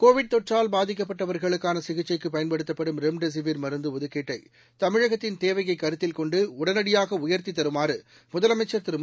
Covid தொற்றால் பாதிக்கப்பட்டவர்களுக்கான சிகிச்சைக்கு பயன்படுத்தப்படும் ரெம்டெசிவிர் மருந்து ஒதுக்கீட்டை தமிழகத்தின் தேவையை கருத்தில்கொண்டு உடனடியாக உயர்த்தி தருமாறு முதலமைச்சர் திரு மு